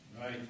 Right